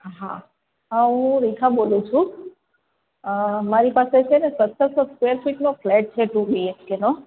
હા હું રેખા બોંલુ છુ મારી પાસે છે ને સત્તરસો સ્ક્વેર ફિટનો ફ્લેટ છે ટૂ બીએચકેનો